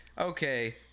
okay